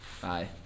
Bye